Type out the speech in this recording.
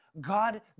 God